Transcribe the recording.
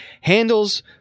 handles